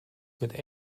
mit